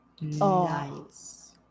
Nice